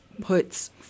puts